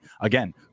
Again